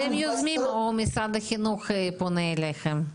אתם יוזמים או שמשרד החינוך פונה אליכם?